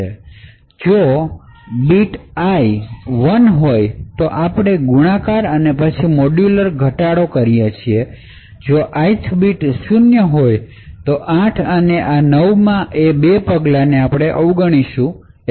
જો bit i 1 છે તો આપણે ગુણાકાર અને પછી મોડ્યુલર ઘટાડા કરીએ છીએ જો આઇથ બીટ 0 હોય તો 8 અને 9 માં એ બે પગલાં અવગણવામાં આવે છે